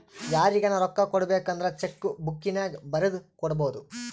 ಯಾರಿಗನ ರೊಕ್ಕ ಕೊಡಬೇಕಂದ್ರ ಚೆಕ್ಕು ಬುಕ್ಕಿನ್ಯಾಗ ಬರೆದು ಕೊಡಬೊದು